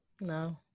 no